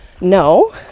no